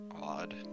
Odd